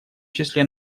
числе